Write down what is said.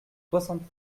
soixante